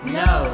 no